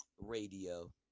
radio